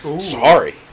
Sorry